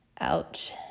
ouch